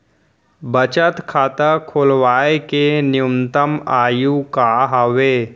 बचत खाता खोलवाय के न्यूनतम आयु का हवे?